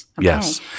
Yes